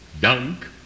Dunk